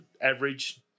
average